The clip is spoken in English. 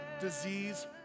disease